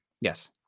Yes